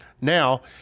Now